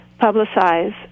publicize